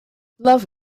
love